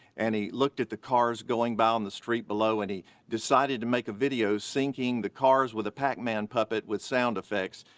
and he looked at the cars going by on the street below and he decided to make a video syncing the cars with a pac-man puppet with sound effects.